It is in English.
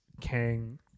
kang